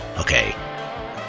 Okay